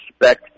respect